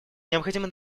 необходимо